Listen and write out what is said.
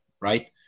right